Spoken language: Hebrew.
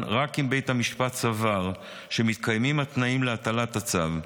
רק אם בית המשפט סבר שמתקיימים התנאים להטלת הצו,